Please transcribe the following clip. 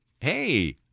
Hey